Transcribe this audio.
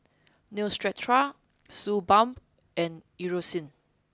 Neostrata Suu Balm and Eucerin